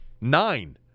nine